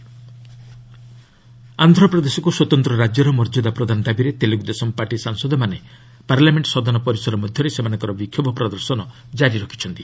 TDP protest ଆନ୍ଧ୍ରପ୍ରଦେଶକୁ ସ୍ୱତନ୍ତ ରାଜ୍ୟର ମର୍ଯ୍ୟାଦା ପ୍ରଦାନ ଦାବିରେ ତେଲୁଗୁ ଦେଶମ୍ ପାର୍ଟି ସାଂସଦମାନେ ପାର୍ଲାମେଣ୍ଟ ସଦନ ପରିସର ମଧ୍ୟରେ ସେମାନଙ୍କର ବିକ୍ଷୋଭ ପ୍ରଦର୍ଶନ ଜାରି ରଖିଛନ୍ତି